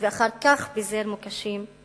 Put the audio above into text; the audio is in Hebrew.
ואחר כך פיזר מוקשים